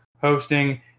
hosting